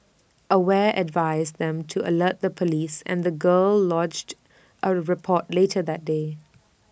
aware advised them to alert the Police and the girl lodged A report later that day